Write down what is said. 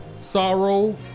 sorrow